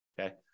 Okay